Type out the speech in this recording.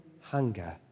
hunger